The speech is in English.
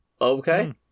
Okay